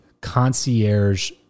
concierge